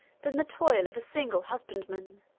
than the toil of a single husbandman,